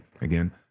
again